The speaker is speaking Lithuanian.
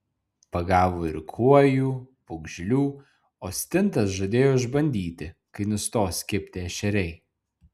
pagavo ir kuojų pūgžlių o stintas žadėjo išbandyti kai nustos kibti ešeriai